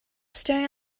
staring